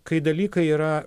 kai dalykai yra